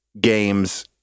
games